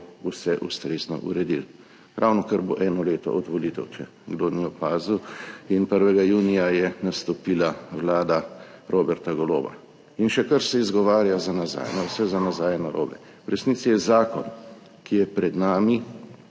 vse ustrezno uredili. Ravnokar bo eno leto od volitev, če kdo ni opazil, in 1. junija je nastopila vlada Roberta Goloba in še kar se izgovarja za nazaj, vse za nazaj je narobe. V resnici je zakon, ki je pred nami,